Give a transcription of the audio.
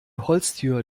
holztür